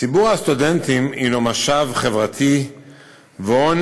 ציבור הסטודנטים הוא משאב חברתי והון